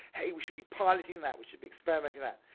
hey, we should be piloting that, we should be experimenting that.